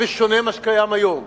בשונה ממה שקיים היום.